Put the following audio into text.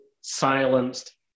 silenced